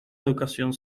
educación